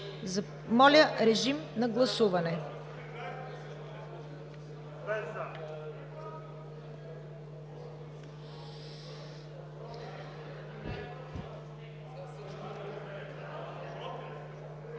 Моля, режим на гласуване.